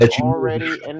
already